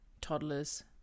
toddlers